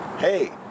Hey